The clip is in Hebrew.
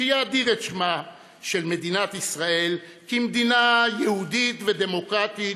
יאדיר את שמה של מדינת ישראל כמדינה יהודית ודמוקרטית,